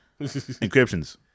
Encryptions